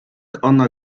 ona